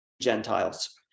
Gentiles